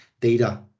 data